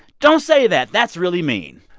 don't say that. that's really mean.